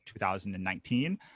2019